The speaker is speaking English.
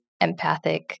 empathic